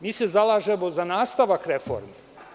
Mi se zalažemo za nastavak reformi.